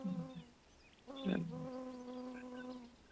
अं चल